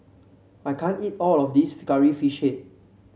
I can't eat all of this Curry Fish Head